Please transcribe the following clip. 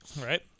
Right